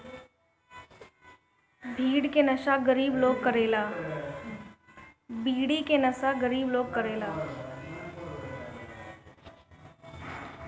बीड़ी के नशा गरीब लोग करेला